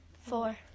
four